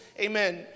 amen